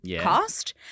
Cost